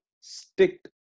stick